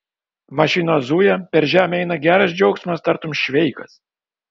mašinos zuja per žemę eina geras džiaugsmas tartum šveikas